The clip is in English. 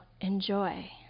enjoy